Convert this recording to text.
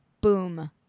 Boom